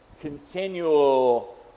continual